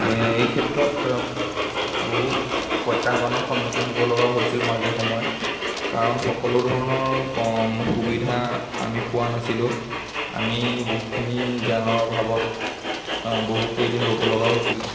এই ক্ষেত্ৰত বহুত প্ৰত্যাহ্বানৰ সন্মুখীন হ'ব লগাও হৈছিল মাজে সময়ে কাৰণ সকলো ধৰণৰ সম সুবিধা আমি পোৱা নাছিলোঁ আমি বহুখিনি জ্ঞানৰ অভাৱত অঁ বহুকেইদিন ৰ'ব লগাও হৈছিল